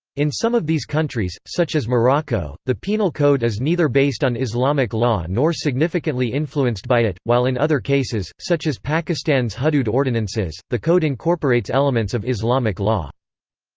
in some of these countries, such as morocco, the penal code is neither based on islamic law nor significantly influenced by it, while in other cases, such as pakistan's hudood ordinances, the code incorporates elements of islamic law.